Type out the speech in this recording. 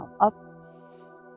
up